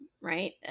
right